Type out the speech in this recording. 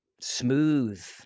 Smooth